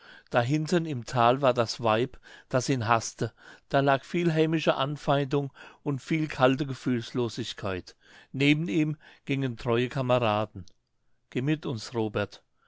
da hinten im tale war das weib das ihn haßte da lag viel hämische anfeindung und viel kalte gefühllosigkeit neben ihm gingen treue kameraden geh mit uns robert